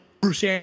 Bruce